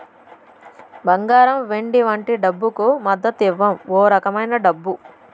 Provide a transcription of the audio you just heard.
బంగారం వెండి వంటి డబ్బుకు మద్దతివ్వం ఓ రకమైన డబ్బు